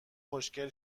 خوشگل